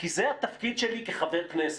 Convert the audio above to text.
כי זה התפקיד שלי כחבר כנסת.